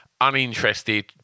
uninterested